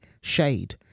shade